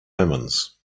omens